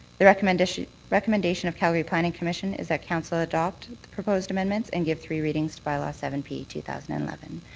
the recommendation recommendation of calgary planning commission is that council adopt the proposed amendments and give three readings to bylaw seven p two thousand and eleven.